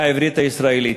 העברית הישראלית.